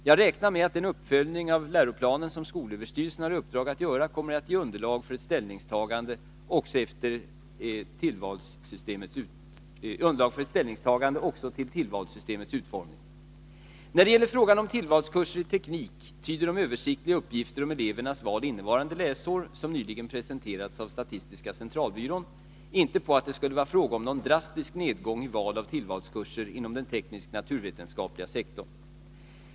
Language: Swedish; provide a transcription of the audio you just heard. Jag räknar med att den uppföljning av läroplanen som skolöverstyrelsen har i uppdrag att göra kommer att ge underlag för ett ställningstagande också till tillvalssystemets utformning. När det gäller frågan om tillvalskurser i teknik tyder de översiktliga uppgifter om elevernas val innevarande läsår, som nyligen presenterats av statistiska centralbyrån, inte på att det skulle vara fråga om någon drastisk nedgång i val av tillvalskurser inom den teknisk-naturvetenskapliga sektorn.